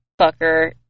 fucker